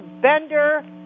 Bender